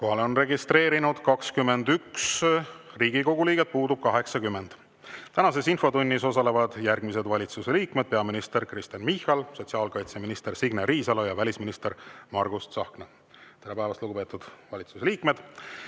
on registreerunud 21 Riigikogu liiget, puudub 80. Tänases infotunnis osalevad järgmised valitsuse liikmed: peaminister Kristen Michal, sotsiaalkaitseminister Signe Riisalo ja välisminister Margus Tsahkna. Tere päevast, lugupeetud valitsuse liikmed!